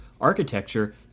architecture